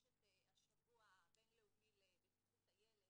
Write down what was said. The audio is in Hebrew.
יש את השבוע הבינלאומי לבטיחות הילד,